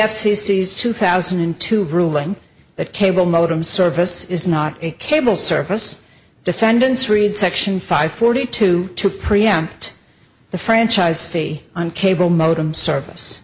c is two thousand and two ruling that cable modem service is not a cable service defendants read section five forty two to preempt the franchise fee on cable modem s